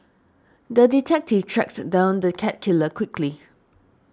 the detective tracked down the cat killer quickly